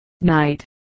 night